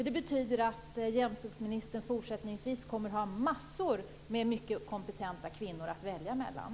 Det betyder att jämställdhetsministern fortsättningsvis kommer att ha massor av mycket kompetenta kvinnor att välja mellan.